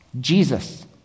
Jesus